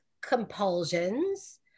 compulsions